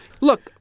Look